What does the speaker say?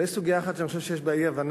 אבל יש סוגיה אחת שאני חושב שיש בה אי-הבנה,